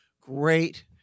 Great